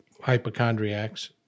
hypochondriacs